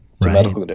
Right